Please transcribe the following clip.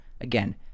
Again